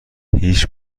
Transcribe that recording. هیچ